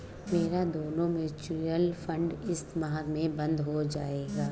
मेरा दोनों mutual fund इस माह में बंद हो जायेगा